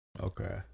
okay